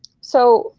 so